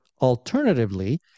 alternatively